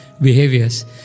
behaviors